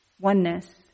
oneness